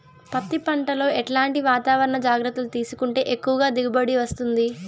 పత్తి పంట లో ఎట్లాంటి వాతావరణ జాగ్రత్తలు తీసుకుంటే ఎక్కువగా దిగుబడి వస్తుంది?